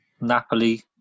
Napoli